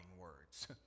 words